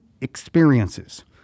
experiences